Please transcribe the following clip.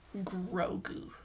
Grogu